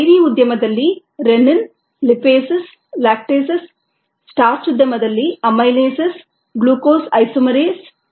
dairy ಉದ್ಯಮದಲ್ಲಿ rennin lipases ಲ್ಯಾಕ್ಟೇಸಸ್rennin lipases lactases starch ಉದ್ಯಮದಲ್ಲಿ ಅಮೈಲೇಸಸ್ ಗ್ಲೂಕೋಸ್ ಐಸೋಮರೇಸ್amylases glucose isomerase